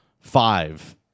five